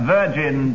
Virgin